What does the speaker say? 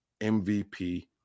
MVP